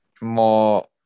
more